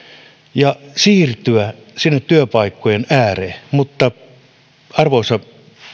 ja siirtyä työpaikkojen ääreen mutta arvoisa